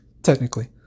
technically